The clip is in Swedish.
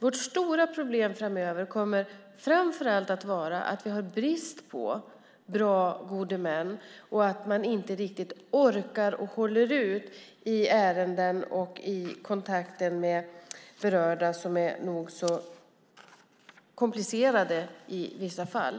Vårt stora problem framöver kommer framför allt att vara att vi har brist på bra gode män och att man inte riktigt orkar och håller ut i ärenden och i kontakter med berörda som är nog så komplicerade i vissa fall.